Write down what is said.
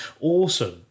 Awesome